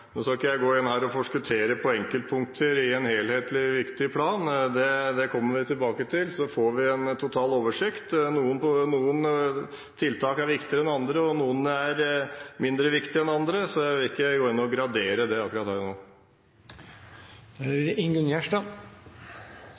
Nå skal ikke jeg gå inn her og forskuttere på enkeltpunkter i en helhetlig, viktig plan. Det kommer vi tilbake til, og så får vi en total oversikt. Noen tiltak er viktigere enn andre, og noen er mindre viktige enn andre, så jeg vil ikke gå inn og gradere det akkurat her og nå.